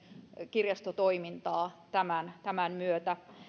kirjastotoimintaa tämän tämän myötä